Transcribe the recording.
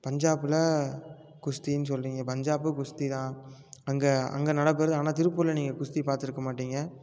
பஞ்சாபில் குஸ்தின்னு சொல்கிறீங்க பஞ்சாப் குஸ்தி தான் அங்கே அங்கே நடக்கிறது ஆனால் திருப்பூரில் நீங்கள் குஸ்தி பார்த்துருக்க மாட்டீங்க